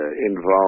involved